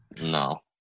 No